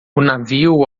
navio